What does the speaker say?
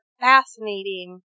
fascinating